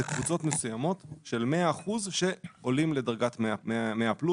קבוצות מסוימות של 100% שעולות לדרגת 100+,